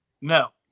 No